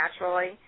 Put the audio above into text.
naturally